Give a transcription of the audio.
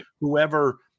whoever